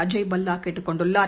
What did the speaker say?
Ajay பல்வாகேட்டுக்கொண்டுள்ளார்